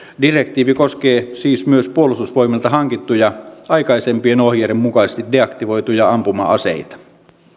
direktiivi koskee siis myös puolustusvoimilta hankittuja aikaisempien ohjeiden mukaisesti deaktivoituja ampuma aseita